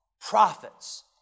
prophets